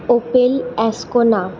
Opel Ascona